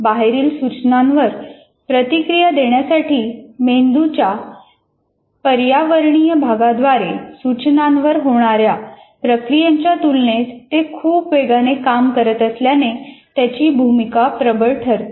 बाहेरील सूचनांवर प्रतिक्रिया देण्यासाठी मेंदूच्या पर्यावरणीय भागाद्वारे सूचनांवर होणाऱ्या प्रक्रियांच्या तुलनेत ते खूप वेगाने काम करत असल्याने त्याची भूमिका प्रबळ ठरते